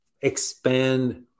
expand